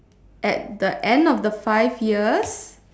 at the end of the five years